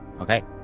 Okay